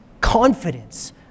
confidence